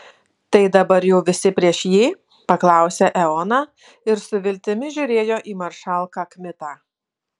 tai dabar jau visi prieš jį paklausė eoną ir su viltimi žiūrėjo į maršalką kmitą